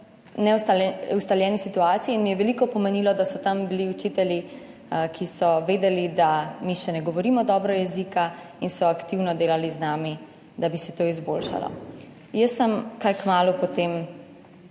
neustaljeni situaciji in mi je veliko pomenilo, da so tam bili učitelji, ki so vedeli, da mi še ne govorimo dobro jezika in so aktivno delali z nami, da bi se to izboljšalo. Jaz sem kaj kmalu potem,